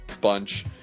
bunch